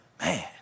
man